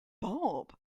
bob